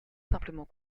simplement